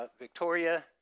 Victoria